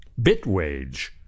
Bitwage